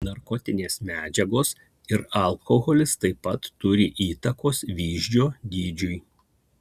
narkotinės medžiagos ir alkoholis taip pat turi įtakos vyzdžio dydžiui